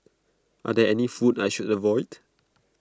are there any foods I should avoid